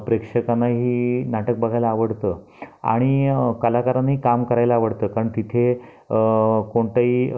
प्रेक्षकांनाही नाटक बघायला आवडतं आणि कलाकारांनाही काम करायला आवडतं कारण तिथे कोणतंही